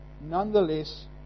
nonetheless